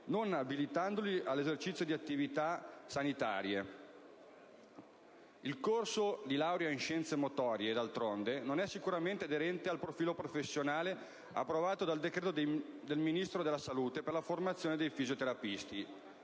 non abilitandoli all'esercizio di attività sanitarie. Il corso di laurea in scienze motorie, d'altronde, non è sicuramente aderente al profilo professionale approvato dal decreto del Ministro della salute per la formazione dei fisioterapisti.